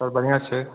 sir बढ़िआँ छै